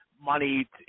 money